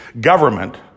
government